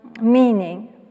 meaning